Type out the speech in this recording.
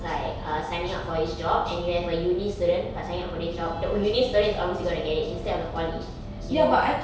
like uh signing up for this job and you have a uni student but signing up for this job the uni student is always going to get it instead of the poly you know